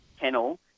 Kennel